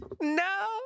No